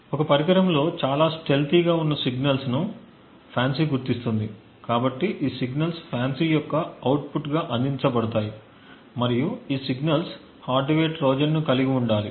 ఒక పరికరంలో చాలా స్టెల్తీగా ఉన్న సిగ్నల్స్ను FANCI గుర్తిస్తుంది కాబట్టి ఈ సిగ్నల్స్ FANCI యొక్క అవుట్పుట్గా అందించబడతాయి మరియు ఈ సిగ్నల్స్ హార్డ్వేర్ ట్రోజన్ను కలిగి ఉండాలి